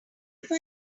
wifi